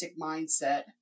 mindset